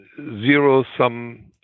zero-sum